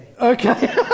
Okay